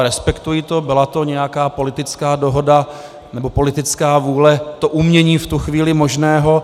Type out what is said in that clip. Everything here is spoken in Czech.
Respektuji to, byla to nějaká politická dohoda nebo politická vůle, to umění v tu chvíli možného.